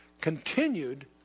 continued